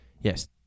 yes